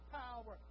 power